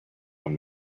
one